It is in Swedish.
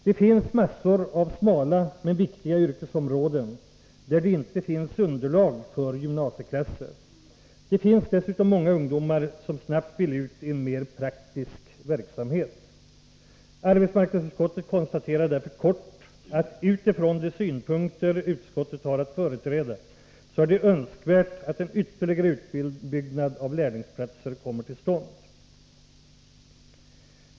Det finns massor av smala men viktiga yrkesområden där det inte finns underlag för gymnasieklasser. Det finns dessutom många ungdomar som snabbt vill ut i en mer praktisk verksamhet. Arbetsmarknadsutskottet konstaterar därför kort att från de synpunkter utskottet har att företräda är det önskvärt att en ytterligare utbyggnad av lärlingsplatser kommer till stånd.